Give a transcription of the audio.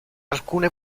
alcune